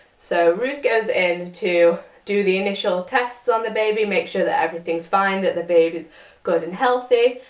so ruth goes in to do the initial tests on the baby, make sure that everything's fine, that the baby is good and healthy,